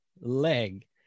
leg